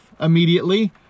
immediately